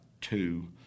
two